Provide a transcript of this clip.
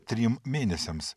trim mėnesiams